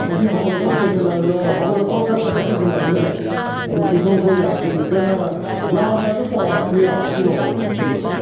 ꯑꯣ ꯁꯤ ꯍꯧꯒꯠꯂꯛꯄ ꯂꯣꯏꯁꯤꯜꯂꯛꯄ ꯍꯧꯒꯠꯂꯛꯄꯒ ꯈꯔ ꯇꯡꯈꯥꯏ ꯆꯟꯁꯤꯜꯂꯃꯤꯅꯅꯦ ꯑꯗꯨꯝ ꯀꯣꯏꯊꯣꯔꯛꯄ ꯌꯥꯔꯅꯤ ꯑꯗꯨꯝ ꯂꯥꯑꯝꯗꯥꯏꯗ ꯄꯥꯎ ꯍꯥꯏꯕꯤꯔꯑꯣ ꯑꯩꯈꯣꯏ ꯃꯔꯨꯞ